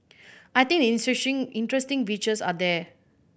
I think the interesting interesting features are there